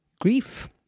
grief